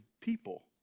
people